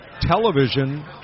Television